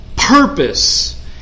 Purpose